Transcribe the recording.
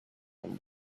him